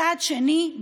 צעד שני,